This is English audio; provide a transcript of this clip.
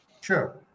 Sure